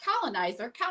colonizer